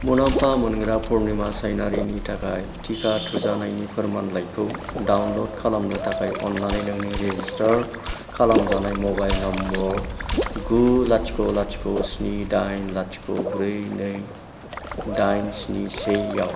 मुलाम्फा मोनग्रा पुर्निमा सैनारिनि थाखाय थिखा थुजानायनि फोरमानलाइखौ डाउनलड खालामनो थाखाय अननानै नोंनि रेजिस्टार खालामजानाय मबाइल नम्बर गु लाथिख' लाथिख' स्नि दाइन लाथिख' ब्रै नै दाइन स्नि सेआव